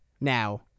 now